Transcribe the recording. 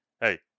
hey